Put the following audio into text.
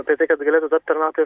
apie tai kad galėtų tapt tarnautoj